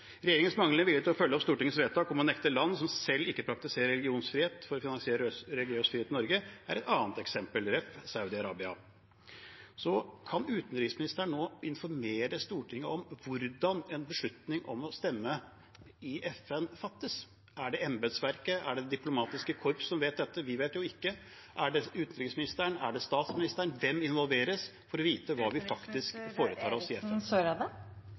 Regjeringens manglende vilje til å følge opp Stortingets vedtak om å nekte land som selv ikke praktiserer religionsfrihet, å finansiere religiøs frihet i Norge, er et annet eksempel, med referanse til Saudi-Arabia. Kan utenriksministeren nå informere Stortinget om hvordan en beslutning om å stemme i FN fattes? Er det embetsverket? Er det det diplomatiske korps som vet dette? Vi vet det jo ikke. Er det utenriksministeren? Er det statsministeren? Hvem involveres for å vite hva vi faktisk foretar oss